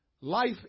life